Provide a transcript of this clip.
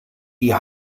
die